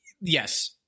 yes